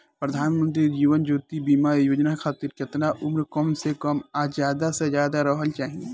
प्रधानमंत्री जीवन ज्योती बीमा योजना खातिर केतना उम्र कम से कम आ ज्यादा से ज्यादा रहल चाहि?